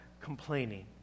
complaining